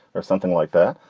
or something like that.